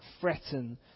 threaten